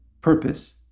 purpose